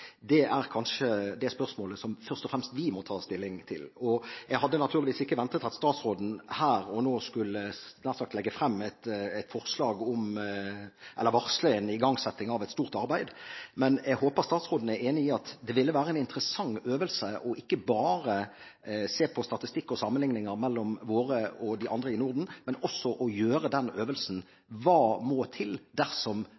Det er kanskje det spørsmålet som først og fremst vi må ta stilling til. Jeg hadde naturligvis ikke ventet at statsråden her og nå nær sagt skulle legge frem eller varsle en igangsetting av et stort arbeid. Men jeg håper statsråden er enig i at det ville være en interessant øvelse ikke bare å se på statistikk og sammenligninger mellom våre institusjoner og de andre i Norden, men også gjøre denne øvelsen: Hva må til dersom et av våre universiteter skulle klatret opp, f.eks. på den